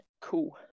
Cool